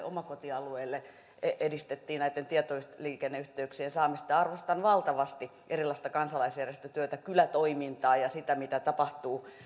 omakotialueille edistettiin tietoliikenneyhteyksien saamista arvostan valtavasti erilaista kansalaisjärjestötyötä kylätoimintaa ja sitä mitä tapahtuu